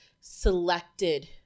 selected